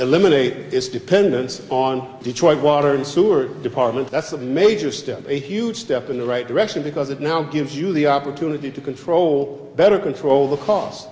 eliminate its dependence on detroit water and sewerage department that's a major step a huge step in the right direction because it now gives you the opportunity to control better control